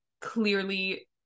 clearly